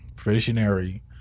visionary